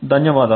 ధన్యవాదాలు